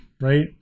right